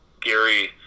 Gary